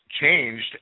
changed